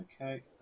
Okay